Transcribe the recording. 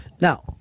Now